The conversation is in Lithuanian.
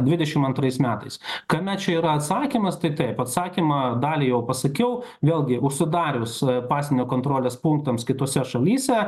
dvidešim antrais metais kame čia yra atsakymas tai taip atsakymą dalį jau pasakiau vėlgi užsidarius pasienio kontrolės punktams kitose šalyse